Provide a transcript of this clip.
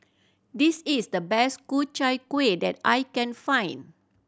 this is the best Ku Chai Kueh that I can find